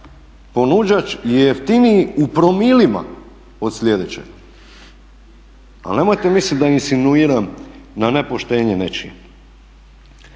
ponuđač je jeftiniji u promilima od sljedećeg. Ali nemojte misliti da insinuiram na nepoštenje nečije.